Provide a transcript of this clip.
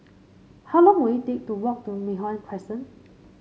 how long will it take to walk to Mei Hwan Crescent